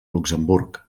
luxemburg